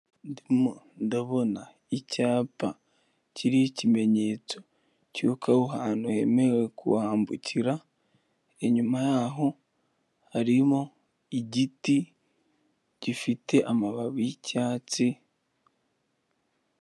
Ndimo ndabona icyapa kiriho ikimenyetso cy’uko aho hantu hemerewe kwambukira, inyuma yaho har’igiti gifite amababi y’icyatsi.